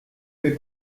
mes